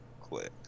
Click